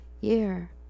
year